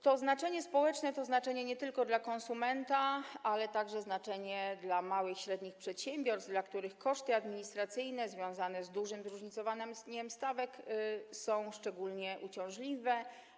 To znaczenie społeczne to znaczenie nie tylko dla konsumenta, ale także dla małych i średnich przedsiębiorstw, dla których koszty administracyjne związane z dużym zróżnicowaniem stawek są szczególnie uciążliwe.